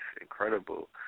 incredible